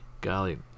Golly